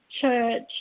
church